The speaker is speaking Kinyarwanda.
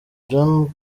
john